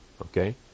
Okay